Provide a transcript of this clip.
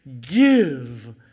give